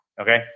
Okay